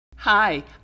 Hi